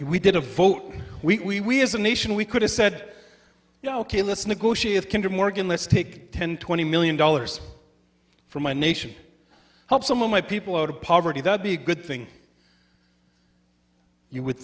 we did a vote we as a nation we could have said yeah ok let's negotiate kinda morgan let's take ten twenty million dollars from my nation help some of my people out of poverty that be a good thing you would